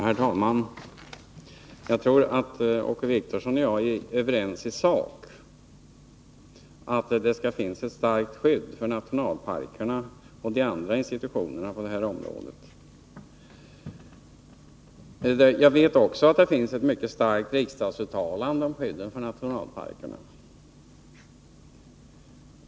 Herr talman! Åke Wictorsson och jag är säkert överens i sak, dvs. att det skall finnas ett starkt skydd för nationalparkerna och de andra institutionerna på det här området. Jag vet också att det har gjorts ett mycket starkt riksdagsuttalande om skydd för nationalparkerna.